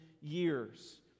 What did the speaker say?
years